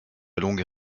longue